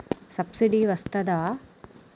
Subsidy వస్తదా?